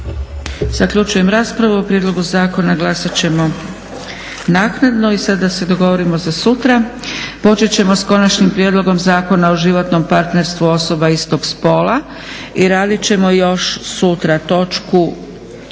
Zaključujem raspravu. O prijedlogu zakona glasat ćemo naknadno. I sad da se dogovorimo za sutra, počet ćemo s konačnim prijedlogom Zakon o životnom partnerstvu osoba istog spola. I radit ćemo još sutra točku